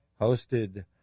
hosted